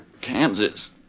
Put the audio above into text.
Kansas